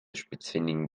spitzfindigen